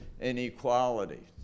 inequality